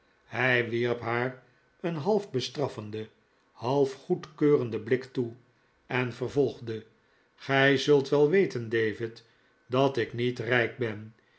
hij wierp haar een half bestraffenden half goedkeurenden blik toe en vervolgde gij zult wel weten david dat ik niet rijk ben